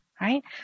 Right